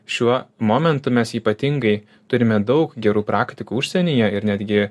šiuo momentu mes ypatingai turime daug gerų praktikų užsienyje ir netgi